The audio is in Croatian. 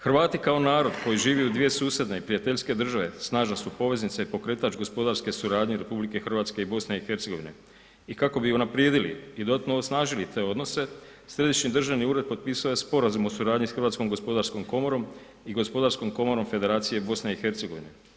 Hrvati kao narod koji živi u dvije susjedne i prijateljske države snažna su poveznica u pokretač gospodarske suradnje RH i BiH i kako bi unaprijedili i dodatno osnažili te odnose, Središnji državni ured potpisao je sporazum o suradnji sa Hrvatskom gospodarskom komorom i Gospodarskom komorom Federacije BiH-a.